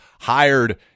hired